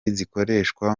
zikorershwa